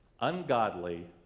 ungodly